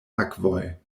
akvoj